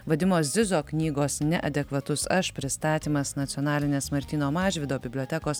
vadimo zizo knygos neadekvatus aš pristatymas nacionalinės martyno mažvydo bibliotekos